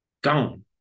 gone